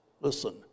Listen